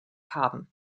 haben